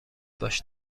باش